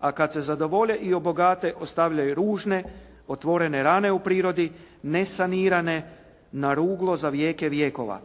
A kada se zadovolje i obogate, ostavljaju ružne otvorene rane u prirodi, ne sanirane na ruglo za vjeke vjekova.